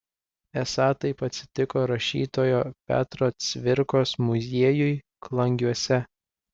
esą taip atsitiko rašytojo petro cvirkos muziejui klangiuose